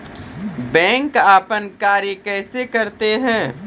Bank अपन कार्य कैसे करते है?